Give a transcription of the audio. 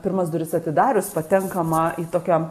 pirmas duris atidarius patenkama į tokią